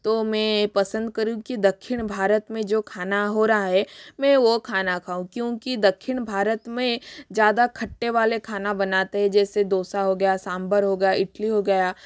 तो मैं पसंद करुँगी दक्षिण भारत मे जो खाना हो रहा है मैं वो खाना खाऊ क्योंकि दक्षिण भारत में ज़्यादा खट्टे वाले खाने बनाते है जैसे डोसा हो गया सांभर हो गया इटली हो गया